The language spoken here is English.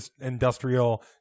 industrial